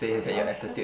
culture